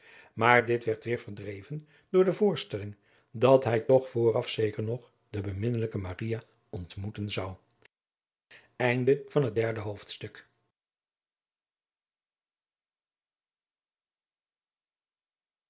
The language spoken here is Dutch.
maar dit werd weêr verdreven door de voorstelling dat hij toch vooraf zeker nog de beminnelijke maria ontmoeten zou